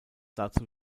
dazu